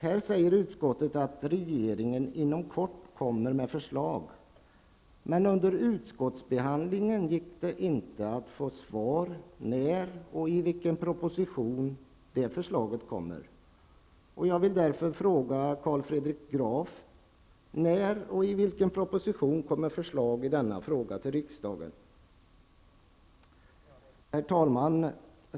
Här säger utskottet att regeringen inom kort kommer med förslag, men under utskottsbehandlingen gick det inte att få svar på när och i vilken proposition det förslaget skulle komma. Jag vill därför fråga Carl Fredrik Graf: När och i vilken proposition kommer förslag i detta ärende att förläggas riksdagen? Herr talman!